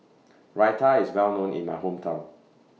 Raita IS Well known in My Hometown